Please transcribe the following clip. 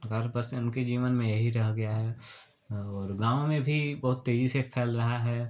घर बस उनके जीवन में यही रह गया है और गाँव में भी बहुत तेजी से फैल रहा है